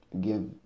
give